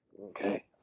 Okay